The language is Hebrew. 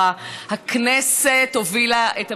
הכנסת אמרה את דברה.